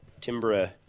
timbre